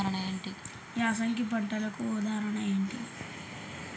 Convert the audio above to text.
యాసంగి పంటలకు ఉదాహరణ ఏంటి?